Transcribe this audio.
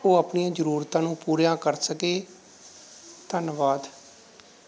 ਉਹ ਆਪਣੀਆਂ ਜ਼ਰੂਰਤਾਂ ਨੂੰ ਪੂਰੀਆਂ ਕਰ ਸਕੇ ਧੰਨਵਾਦ